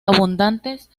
abundantes